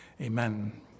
Amen